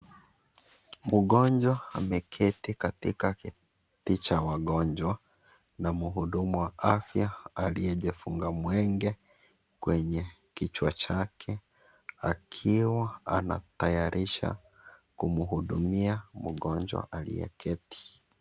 Mgonjwa ameketi katika kiti cha wagonjwa, na mhudumu wa afya alijifunga mwenge kwenye kichwa chake, akiwa anatayarisha kumhudumia mgonjwa aliyeketi.